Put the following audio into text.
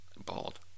bald